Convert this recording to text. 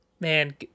Man